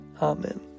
Amen